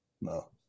No